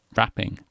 Wrapping